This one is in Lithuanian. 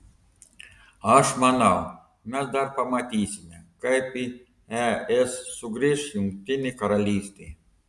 aš manau mes dar pamatysime kaip į es sugrįš jungtinė karalystė